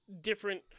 different